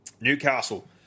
Newcastle